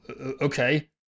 okay